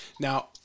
Now